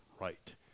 right